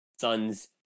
son's